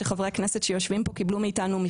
שחברי הכנסת שיושבים פה קיבלו מאתנו.